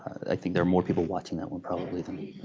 i think there are more people watching that one probably than